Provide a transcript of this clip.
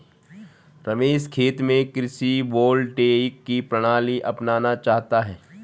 रमेश खेत में कृषि वोल्टेइक की प्रणाली अपनाना चाहता है